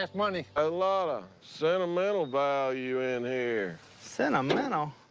ah money. a lot of sentimental value in here. sentimental?